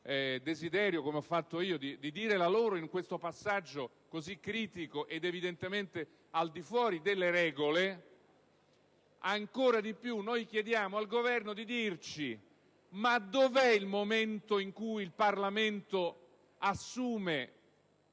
desiderio, come ho fatto io, di dire la loro in questo passaggio così critico e al di fuori delle regole, ancora di più chiediamo al Governo di dirci dov'è il momento in cui il Parlamento assume